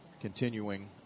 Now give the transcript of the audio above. Continuing